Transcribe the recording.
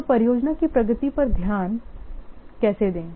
तो परियोजना की प्रगति पर ध्यान कैसे दें